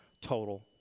total